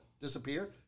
disappear